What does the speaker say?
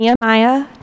Nehemiah